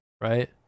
right